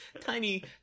tiny